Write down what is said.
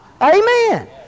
Amen